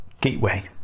gateway